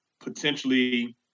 potentially